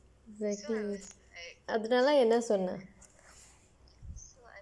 அதுனால என்ன சொன்னார்:athunaala enna sonnaar